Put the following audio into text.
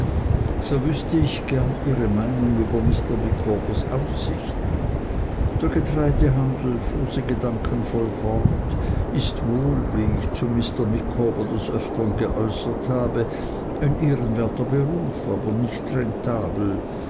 so wüßte ich gern ihre meinung über mr micawbers aussichten der getreidehandel fuhr sie gedankenvoll fort ist wohl wie ich zu mr micawber des öfteren geäußert habe ein ehrenwerter beruf aber nicht rentabel